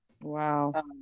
Wow